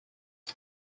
but